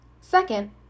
Second